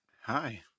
Hi